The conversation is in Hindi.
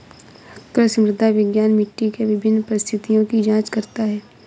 कृषि मृदा विज्ञान मिट्टी के विभिन्न परिस्थितियों की जांच करता है